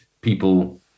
people